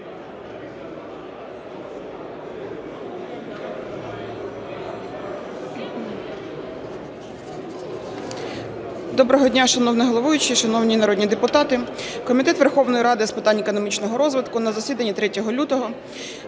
Доброго дня, шановний головуючий, шановні народні депутати! Комітет Верховної Ради з питань економічного розвитку на засіданні 3 лютого